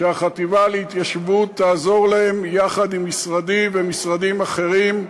שהחטיבה להתיישבות תעזור להם יחד עם משרדי ומשרדים אחרים,